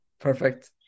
perfect